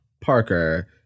Parker